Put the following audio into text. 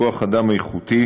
כוח אדם איכותי